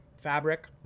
fabric